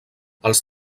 els